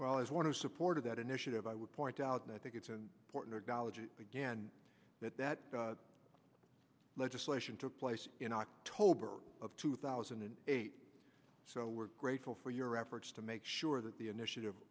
well as one who supported that initiative i would point out and i think it's important again that that legislation took place in october of two thousand and eight so we're grateful for your efforts to make sure that the initiative